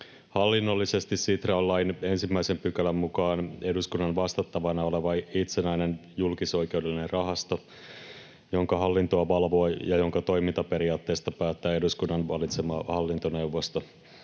Hallinnollisesti Sitra on lain 1 §:n mukaan eduskunnan vastattavana oleva itsenäinen julkisoikeudellinen rahasto, jonka hallintoa valvoo ja jonka toimintaperiaatteista päättää eduskunnan valitsema hallintoneuvosto.